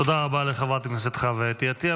תודה רבה לחברת הכנסת חוה אתי עטייה.